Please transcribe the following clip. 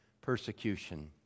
persecution